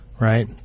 Right